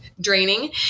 draining